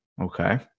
Okay